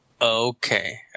Okay